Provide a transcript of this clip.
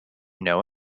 know